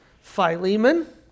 Philemon